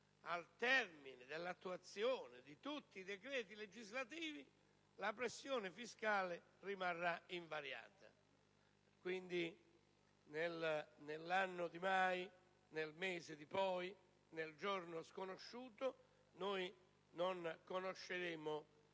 al termine dell'attuazione di tutti i decreti legislativi, la pressione fiscale rimarrà invariata: quindi, nell'anno di mai, nel mese di poi, nel giorno sconosciuto, noi non conosceremo i